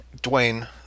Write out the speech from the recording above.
dwayne